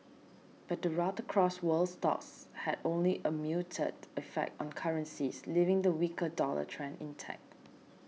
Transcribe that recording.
but the rout across world stocks had only a muted effect on currencies leaving the weak dollar trend intact